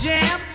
Jam